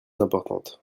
importantes